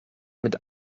mit